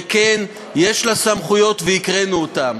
וכן, יש לה סמכויות, והקראנו אותן.